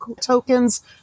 tokens